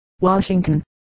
Washington